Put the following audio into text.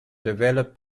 developed